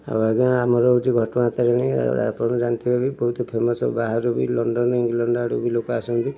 ଆଉ ଆଜ୍ଞା ଆମର ହଉଛି ଘଟଗାଁତାରିଣୀ ଆପଣ ଜାଣିଥିବେ କି ବହୁତ ଫେମସ୍ ବାହାରୁବି ଲଣ୍ଡନ ଇଂଲଣ୍ଡ ଆଡ଼ୁବି ଲୋକ ଆସନ୍ତି